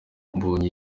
mbonyi